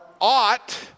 ought